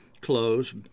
clothes